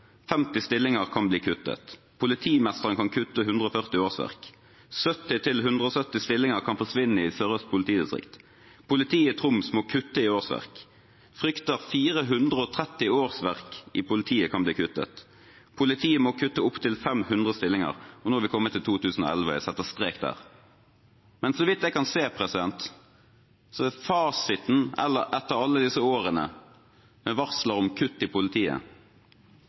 stillinger kan bli kuttet», «Politimesteren kan kutte 140 årsverk», «70–170 stillinger kan forsvinne i Sør-Øst politidistrikt», «Politiet i Troms må kutte i årsverk», «Frykter 430 årsverk i politiet kan bli kuttet». «Politiet må kutte opptil 500 stillinger». Nå har vi kommet til 2011, og jeg setter strek der. Så vidt jeg kan se, er fasiten etter alle disse årene med varsler om kutt i politiet